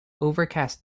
overcast